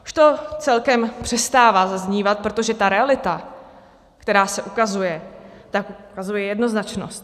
Už to celkem přestává zaznívat, protože ta realita, která se ukazuje, tak ukazuje jednoznačnost.